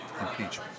impeachment